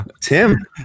tim